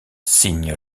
signe